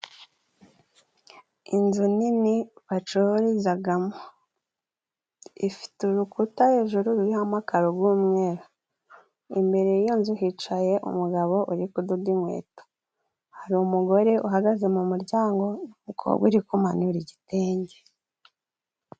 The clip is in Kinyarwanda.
Inzu nini bacurizagamo ifite urukuta hejuru ruriho amakaro g'umweru ,imbere y'iyo nzu hicaye umugabo uri kudoda inkweto, hari umugore uhagaze mu muryango n'umukobwa uri kumanura igitenge.